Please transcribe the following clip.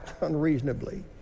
unreasonably